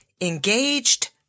engaged